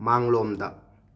ꯃꯥꯡꯂꯣꯝꯗ